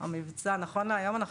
נכון להיום,